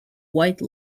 white